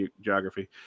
geography